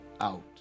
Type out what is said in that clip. out